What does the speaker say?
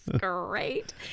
great